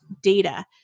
data